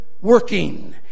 working